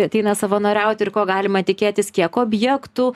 ateina savanoriauti ir ko galima tikėtis kiek objektų